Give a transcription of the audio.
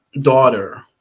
daughter